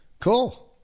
Cool